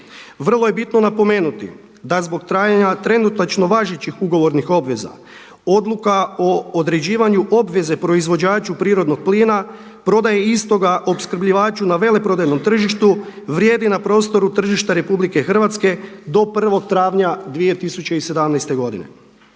Vrlo je bitno napomenuti za zbog trajanja trenutačno važećih ugovornih obveza odluka o određivanju obveze proizvođaču prirodnog plina, prodaje istoga opskrbljivaču na veleprodajnom tržištu na vrijedi na prostoru tržišta RH do 1. travnja 2017. godine.